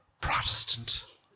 Protestant